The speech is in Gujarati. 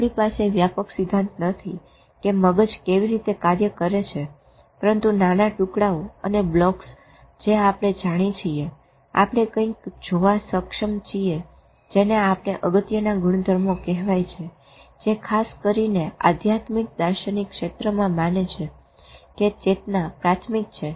આપણી પાસે વ્યાપક સિદ્ધાંત નથી કે મગજ કેવી રીતે કાર્ય કરે છે પરંતુ નાના ટુકડાઓ અને બ્લોકસ જે આપણે જાણીએ છીએ આપણે કંઈક જોવા સક્ષમ છીએ જેને આપણે અગત્યના ગુણધર્મો કહેવાય છે જે ખાસ કરી ને આધ્યાત્મિક દાર્શનિક ક્ષેત્રમાં માને છે કે ચેતના પ્રાથમિક છે